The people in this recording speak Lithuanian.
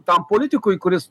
tam politikui kuris